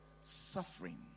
Suffering